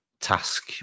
task